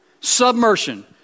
Submersion